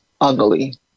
ugly